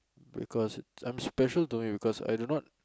because I'm special to me because I do not